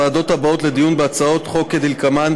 ועדת הכנסת קבעה את הוועדות הבאות לדיון בהצעות החוק כדלקמן,